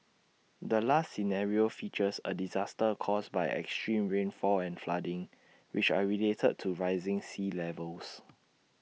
the last scenario features A disaster caused by extreme rainfall and flooding which are related to rising sea levels